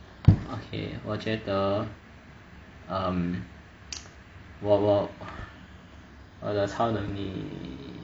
okay 我觉得 um 我我我的超能力